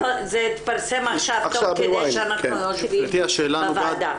זה התפרסם עכשיו תוך כדי שאנחנו יושבים בוועדה.